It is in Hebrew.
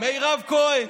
מירב כהן,